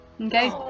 Okay